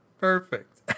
Perfect